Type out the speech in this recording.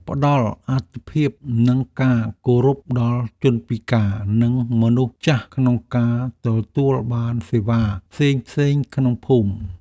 ផ្តល់អាទិភាពនិងការគោរពដល់ជនពិការនិងមនុស្សចាស់ក្នុងការទទួលបានសេវាផ្សេងៗក្នុងភូមិ។